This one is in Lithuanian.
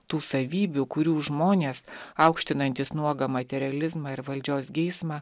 tų savybių kurių žmonės aukštinantys nuogą materializmą ir valdžios geismą